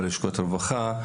בלשכות הרווחה,